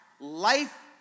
life